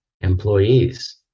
employees